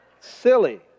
Silly